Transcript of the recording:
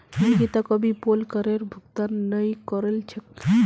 निकिता कभी पोल करेर भुगतान नइ करील छेक